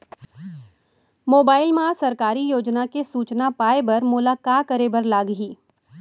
mobile मा सरकारी योजना के सूचना पाए बर मोला का करे बर लागही